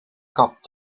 kapt